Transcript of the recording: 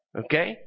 okay